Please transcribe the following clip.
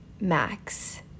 max